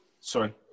Sorry